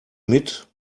mit